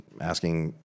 asking